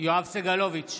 יואב סגלוביץ'